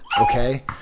okay